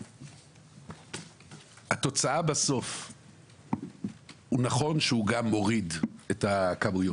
אם היינו באים והיה היגיון - ואחר כך כשחוקקו את חוק השקיות,